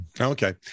Okay